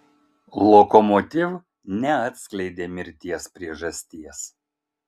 lokomotiv neatskleidė mirties priežasties